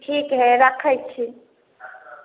ठीक है रक्खै छी